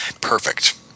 perfect